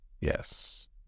Yes